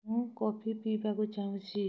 ମୁଁ କଫି ପିଇବାକୁ ଚାହୁଁଛି